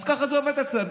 אז ככה זה עובד אצלם.